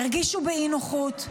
הרגישו באי-נוחות,